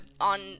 on